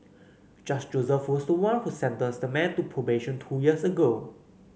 Judge Joseph was the one who sentenced the man to probation two years ago